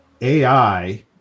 ai